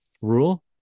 rule